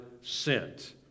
sent